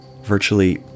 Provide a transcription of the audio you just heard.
virtually